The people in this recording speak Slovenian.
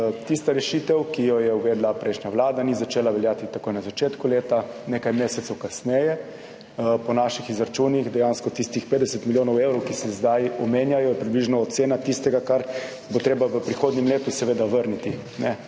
tista rešitev, ki jo je uvedla prejšnja Vlada, ni začela veljati takoj na začetku leta, nekaj mesecev kasneje. Po naših izračunih dejansko tistih 50 milijonov evrov, ki se zdaj omenjajo, je približno ocena tistega, kar bo treba v prihodnjem letu seveda vrniti.